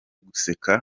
guseka